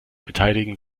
beteiligen